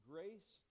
Grace